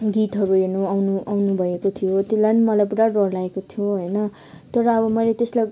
गीतहरू हेर्नु आउनु आउनुभएको थियो त्यति बेला नि मलाई पूरा डर लागेको थियो होइन तर अब मैले त्यसलाई